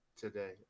today